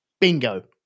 bingo